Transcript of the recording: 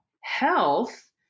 health